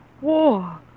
war